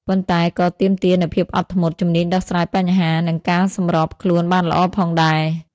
ប៉ុន្តែក៏ទាមទារនូវភាពអត់ធ្មត់ ជំនាញដោះស្រាយបញ្ហា និងការសម្របខ្លួនបានល្អផងដែរ។